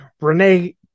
Renee